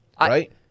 Right